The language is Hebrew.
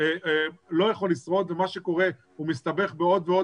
הוא לא יכול לשרוד ומה שקורה זה שהוא מסתבך בעוד ועוד